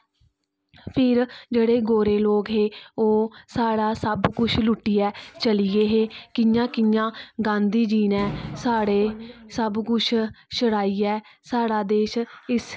फिर जेहडे़ गोरे लोक हे ओह् साढ़ा सब कुछ लुट्टियै चली गे हे कि'यां कि'यां गांघी जी ने साढ़े सब कुछ छड़ाइयै साढ़ा देश इस